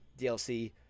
DLC